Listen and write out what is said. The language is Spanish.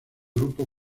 grupo